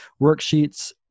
worksheets